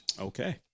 Okay